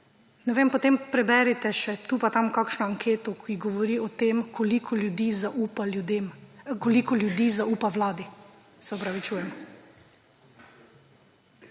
mi ne, potem preberite še tu pa tam kakšno anketo, ki govori o tem, koliko ljudi zaupa vladi. Ta vlada,